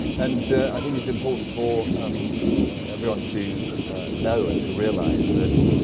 and i think it's important for um everyone to know and to realise that